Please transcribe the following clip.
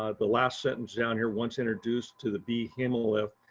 ah the last sentence down here once introduced to the bee hemolymph,